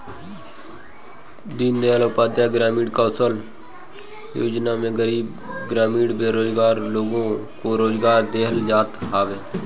दीनदयाल उपाध्याय ग्रामीण कौशल्य योजना में गरीब ग्रामीण बेरोजगार लोग को रोजगार देहल जात हवे